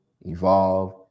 evolve